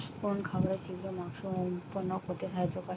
কোন খাবারে শিঘ্র মাংস উৎপন্ন করতে সাহায্য করে?